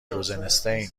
روزناستین